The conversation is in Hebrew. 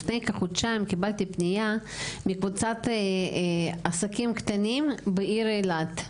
לפני כחודשיים קיבלתי פניה מקבוצת עסקים קטנים בעיר אילת,